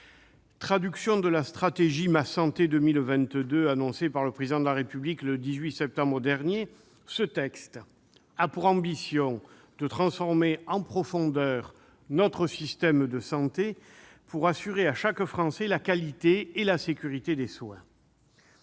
Traduction de la stratégie Ma Santé 2022, annoncée par le Président de la République le 18 septembre dernier, ce texte a pour ambition de transformer en profondeur notre système de santé pour assurer à chaque Français la qualité et la sécurité des soins.